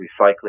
recycling